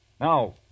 Now